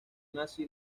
nazi